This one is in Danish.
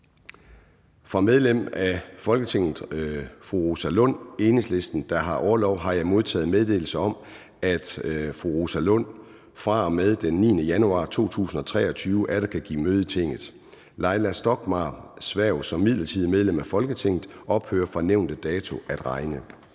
Fra medlem af Folketinget fru Rosa Lund (EL), der har orlov, har jeg modtaget meddelelse om, at hun fra og med den 9. januar 2023 atter kan give møde i Tinget. Leila Stockmarrs hverv som midlertidigt medlem af Folketinget ophører fra nævnte dato at regne.